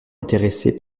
intéressé